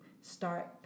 start